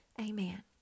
Amen